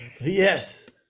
yes